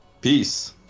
Peace